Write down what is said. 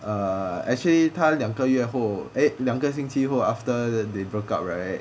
uh actually 他两个月后 eh 两个星期后 after they broke up right